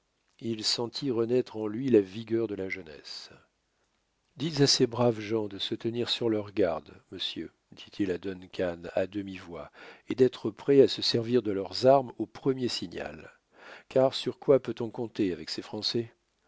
il sentit renaître en lui la vigueur de la jeunesse dites à ces braves gens de se tenir sur leurs gardes monsieur dit-il à duncan à demi-voix et d'être prêts à se servir de leurs armes au premier signal car sur quoi peut-on compter avec ces français